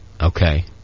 Okay